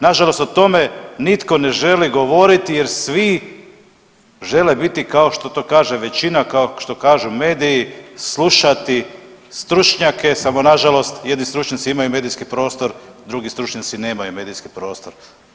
Nažalost, o tome nitko ne želi govoriti jer svi žele biti kao što to kaže većina, kao što to kažu mediji slušati stručnjake, samo nažalost jedni stručnjaci imaju medijski prostor, drugi stručnjaci nemaju medijski prostor.